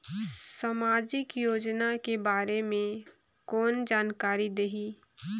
समाजिक योजना के बारे मे कोन जानकारी देही?